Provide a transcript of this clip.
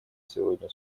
сегодня